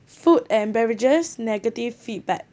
food and beverages negative feedback